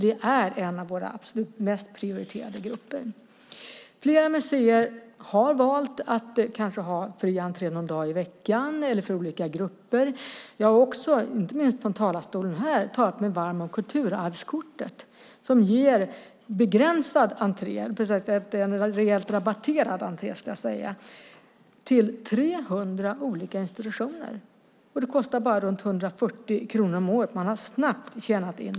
Det är en av våra absolut mest prioriterade grupper. Flera museer har valt att ha fri entré någon dag i veckan eller för olika grupper. Jag har också, inte minst från talarstolen här, talat mig varm om kulturarvskortet, som ger rejält rabatterad entré till 300 olika institutioner. Det kostar bara runt 140 kronor om året, som man snabbt tjänar in.